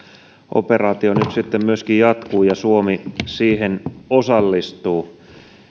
operaatio nyt sitten myöskin jatkuu ja suomi siihen osallistuu